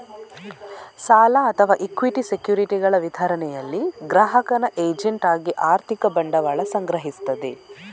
ಸಾಲ ಅಥವಾ ಇಕ್ವಿಟಿ ಸೆಕ್ಯುರಿಟಿಗಳ ವಿತರಣೆಯಲ್ಲಿ ಗ್ರಾಹಕನ ಏಜೆಂಟ್ ಆಗಿ ಆರ್ಥಿಕ ಬಂಡವಾಳ ಸಂಗ್ರಹಿಸ್ತದೆ